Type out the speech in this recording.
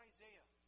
Isaiah